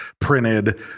printed